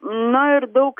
na ir daug